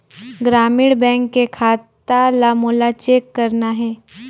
ग्रामीण बैंक के खाता ला मोला चेक करना हे?